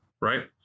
Right